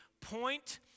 point